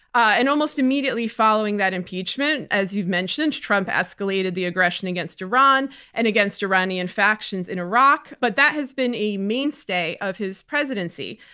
and almost immediately following that impeachment, as you've mentioned, trump escalated the aggression against iran and against iranian factions in iraq, but that has been a mainstay of his presidency.